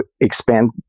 expand –